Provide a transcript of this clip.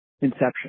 Inception